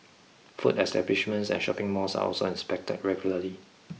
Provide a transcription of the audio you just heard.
food establishments and shopping malls are also inspected regularly